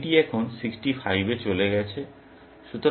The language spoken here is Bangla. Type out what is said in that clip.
এটি এখন 65 এ চলে গেছে